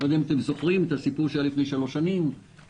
אני לא יודע אם אתם זוכרים את הסיפור שהיה לפני שלוש שנים עם